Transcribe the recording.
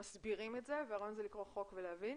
מסבירים את זה אבל הרעיון הוא לקרוא חוק וישר להבין.